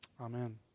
Amen